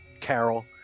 Carol